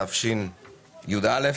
תשי"א.